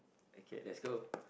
okay let's go